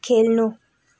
खेल्नु